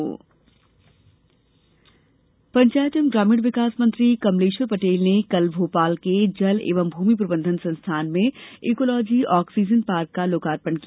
लोकार्पण पंचायत एवं ग्रामीण विकास मंत्री कमलेश्वर पटेल ने कल भोपाल के जल एवं भूमि प्रबंधन संस्थान में इकोलॉजी ऑक्सीजन पार्क का लोकार्पण किया